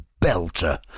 belter